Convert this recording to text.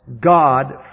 God